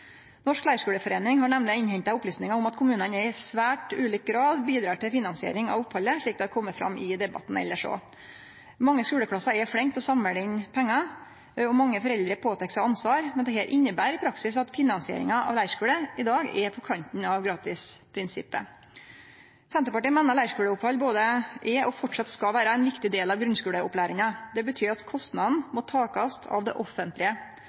Norsk Leirskoleforening har nemleg innhenta opplysningar om at kommunane i svært ulik grad bidrar til finansiering av opphaldet, slik det har kome fram i debatten elles òg. Mange skuleklassar er flinke til å samle inn pengar, og mange foreldre påtek seg ansvar, men dette inneber i praksis at finansieringa av leirskule i dag kjem på kant med gratisprinsippet. Senterpartiet meiner leirskuleopphald både er og framleis skal vere ein viktig del av grunnskuleopplæringa. Det betyr at kostnadane må takast av det offentlege,